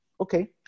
Okay